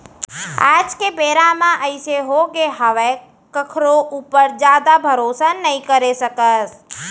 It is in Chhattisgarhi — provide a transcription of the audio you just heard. आज के बेरा म अइसे होगे हावय कखरो ऊपर जादा भरोसा नइ करे सकस